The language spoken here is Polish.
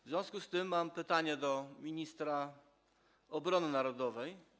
W związku z tym mam pytanie do ministra obrony narodowej.